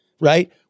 right